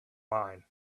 mine